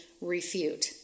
refute